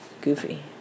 goofy